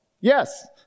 Yes